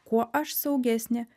kuo aš saugesnė